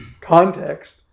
context